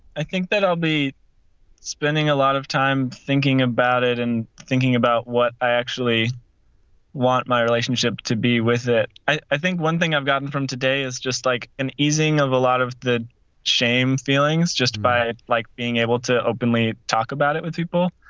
i think that i'll be spending a lot of time thinking about it and thinking about what i actually want my relationship to be with it. i i think one thing i've gotten from today is just like an easing of a lot of the shame feelings just by like being able to openly talk about it with people.